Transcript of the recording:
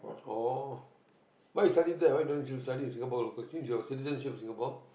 oh why you study that why don't you study in Singapore local since your citizenship is Singapore